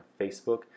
Facebook